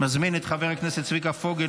אני מזמין את חבר הכנסת צביקה פוגל,